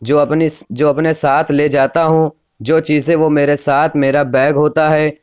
جو اپنی جو اپنے ساتھ لے جاتا ہوں جو چیزیں وہ میرے ساتھ میرا بیگ ہوتا ہے